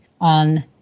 On